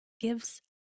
gives